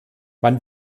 wann